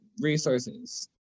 resources